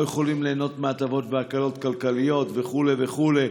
לא יכולים ליהנות מהטבות והקלות כלכליות וכו' וכו'.